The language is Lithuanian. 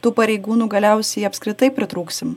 tų pareigūnų galiausiai apskritai pritrūksim